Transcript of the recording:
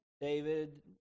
David